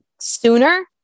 sooner